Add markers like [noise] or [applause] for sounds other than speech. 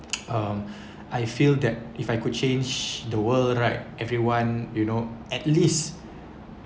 [breath] um I feel that if I could change the world right everyone you know at least